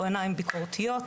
או עיניים ביקורתיות,